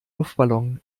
luftballon